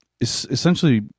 essentially